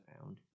found